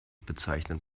bezeichnet